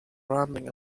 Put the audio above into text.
rambling